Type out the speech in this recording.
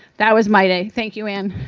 that was my day. thank you, anne.